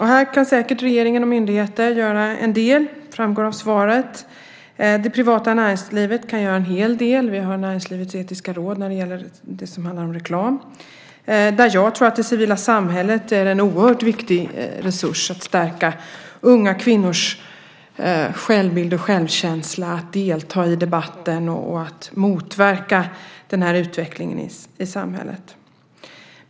Här kan säkert regeringen och myndigheter göra en del, och det framgår av svaret. Det privata näringslivet kan göra en hel del och vi har Näringslivets etiska råd när det gäller det som handlar om reklam. Jag tror att det civila samhället är en oerhört viktig resurs för att stärka unga kvinnors självbild och självkänsla och vilja att delta i debatten och motverka den här utvecklingen i samhället.